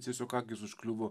tiesiog akys užkliuvo